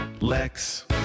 lex